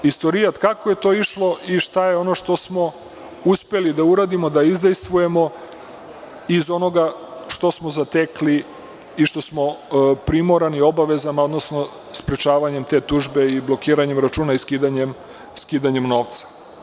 Istorijat kako je to išlo i šta je ono što smo uspeli da uradimo da izdejstvujemo iz onoga što smo zatekli i što smo primorani obavezama, odnosno sprečavanjem te tužbe i blokiranjem računa i skidanjem novca.